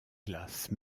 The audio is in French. glaces